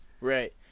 Right